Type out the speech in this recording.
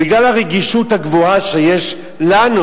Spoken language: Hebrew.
בגלל הרגישות הגבוהה שיש לנו